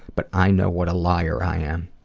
but i know what a liar i am.